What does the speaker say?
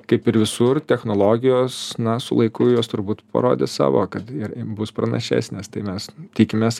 kaip ir visur technologijos na su laiku jos turbūt parodys savo kad ir bus pranašesnės tai mes tikimės